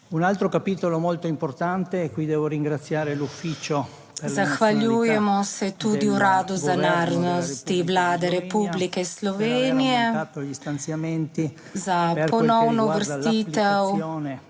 Zahvaljujemo se tudi Uradu za narodnosti Vlade Republike Slovenije za ponovno uvrstitev